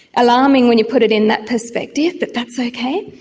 alarming when you put it in that perspective, but that's okay.